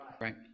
Right